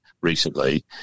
recently